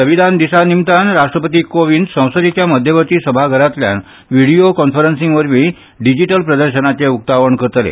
संविधान दिसा निमतान राष्ट्रपती कोविंद संसदेच्या मध्यवर्ती सभाघरांतल्यान व्हिडिओ कॉन्फरन्सींगा वरवीं डिजीटल प्रदर्शनाचें उकतावण करतले